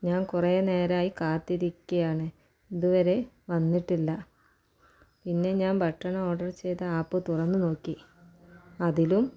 ഞാൻ കുറേ നേരമായി കാത്തിരിക്കുകയാണ് ഇതുവരെ വന്നിട്ടില്ല പിന്നെ ഞാൻ ഭക്ഷണം ഓഡർ ചെയ്ത ആപ്പ് തുറന്ന് നോക്കി അതിലും